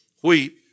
wheat